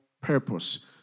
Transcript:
purpose